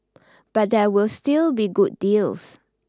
but there will still be good deals